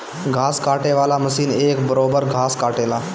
घास काटे वाला मशीन एक बरोब्बर घास काटेला